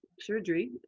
surgery